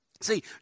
See